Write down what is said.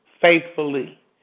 faithfully